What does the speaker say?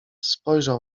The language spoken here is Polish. spojrzał